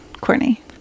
courtney